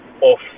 off